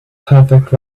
perfect